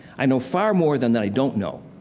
i know far more than that i don't know.